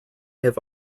have